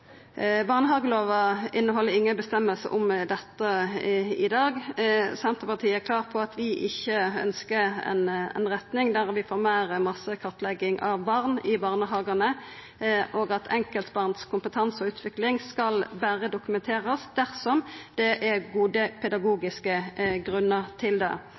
Barnehagelova inneheld ingen føresegner om dette i dag. Senterpartiet er klare på at vi ikkje ønskjer ei retning der vi får ein masse kartlegging av barn i barnehagane, og vi meiner at kompetanse og utvikling hos enkeltbarn berre skal dokumenterast dersom det er gode pedagogiske grunnar til det.